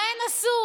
מה הן עשו?